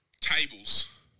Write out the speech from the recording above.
Tables